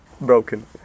broken